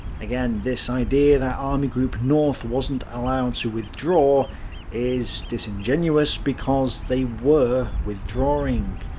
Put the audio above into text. again, this idea that army group north wasn't allowed to withdraw is disingenuous because they were withdrawing.